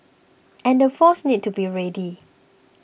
and the forces need to be ready